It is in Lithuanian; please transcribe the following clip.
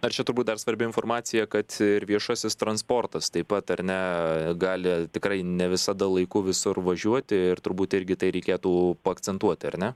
ar čia turbūt dar svarbi informacija kad ir viešasis transportas taip pat ar ne gali tikrai ne visada laiku visur važiuoti ir turbūt irgi tai reikėtų akcentuoti ar ne